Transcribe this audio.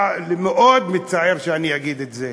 ומאוד מצער שאני אגיד את זה: